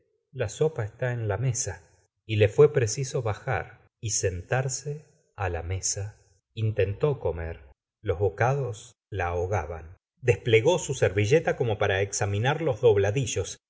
la sopa está en la mesa y le fué preciso bajar y sentarse á la mesa intentó comer los bocados la ahogaban desplegó sú servilleta como para examinar los dobladillos